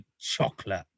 chocolate